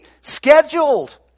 scheduled